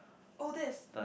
oh that's